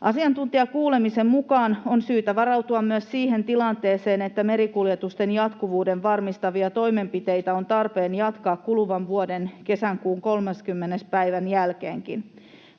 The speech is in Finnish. Asiantuntijakuulemisen mukaan on syytä varautua myös siihen tilanteeseen, että merikuljetusten jatkuvuuden varmistavia toimenpiteitä on tarpeen jatkaa kuluvan vuoden kesäkuun 30. päivän jälkeenkin.